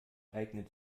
eignet